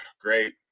great